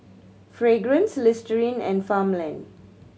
Fragrance Listerine and Farmland